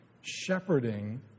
shepherding